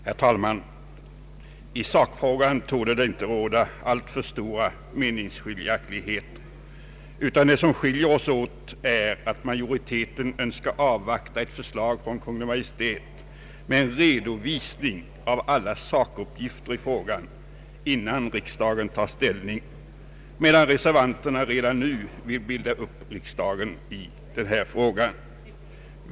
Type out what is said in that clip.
Herr talman! I sakfrågan torde det inte råda alltför stora meningsskiljaktigheter. Det som skiljer majoriteten och reservanterna åt är att vi inom majoriteten önskar avvakta ett förslag från Kungl. Maj:t med redovisning av alla sakuppgifter i frågan, innan riksdagen tar ställning, medan reservanterna redan nu vill binda upp riksdagen i denna fråga.